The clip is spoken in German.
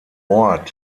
ort